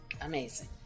Amazing